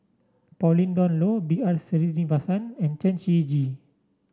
Pauline Dawn Loh B R Sreenivasan and Chen Shiji